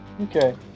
Okay